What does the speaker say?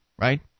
right